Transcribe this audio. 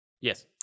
Yes